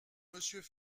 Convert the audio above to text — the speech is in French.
monsieur